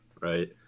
right